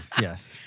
yes